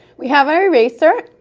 we have our eraser,